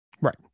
right